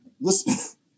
listen